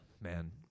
man